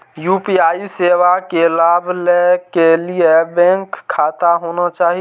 UPI सेवा के लाभ लै के लिए बैंक खाता होना चाहि?